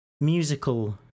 musical